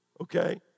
okay